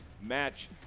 match